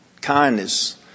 kindness